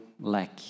lack